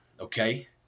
okay